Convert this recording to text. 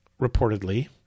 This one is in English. reportedly